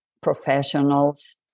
professionals